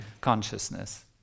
Consciousness